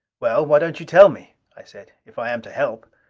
well, why don't you tell me? i said. if i am to help.